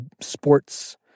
sports